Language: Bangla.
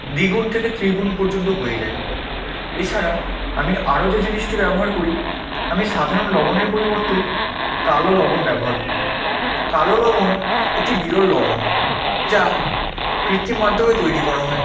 দ্বিগুণ থেকে ত্রিগুণ পর্যন্ত হয়ে যায় এছাড়া আমি আরও যে জিনিসটি ব্যবহার করি আমি সাধারণ লবনের পরিবর্তে কালো লবণ ব্যবহার করি কালো লবণ একটি বিরল লবণ যা কৃত্তিম মাধ্যমে তৈরি করা হয়